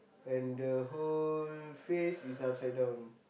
and the whole face is upside down